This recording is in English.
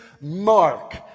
mark